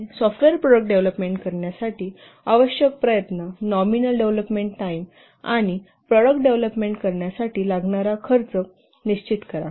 software product development करण्यासाठी आवश्यक effort nominal development time आणि प्रॉडक्ट डेव्हलोपमेंट करण्यासाठी लागणारा खर्च निश्चित करा